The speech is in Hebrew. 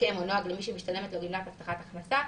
הסכם או נוהג למי שמשתלמת לו גמלת הבטחת הכנסה.